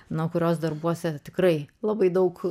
nuo kurios darbuose tikrai labai daug